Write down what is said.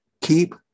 keep